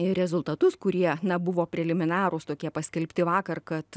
rezultatus kurie na buvo preliminarūs tokie paskelbti vakar kad